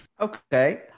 Okay